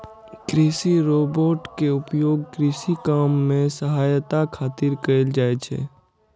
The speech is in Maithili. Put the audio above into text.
कृषि रोबोट के उपयोग कृषि काम मे सहायता खातिर कैल जाइ छै